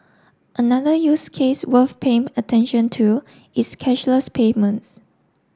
another use case worth paying attention to is cashless payments